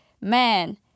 man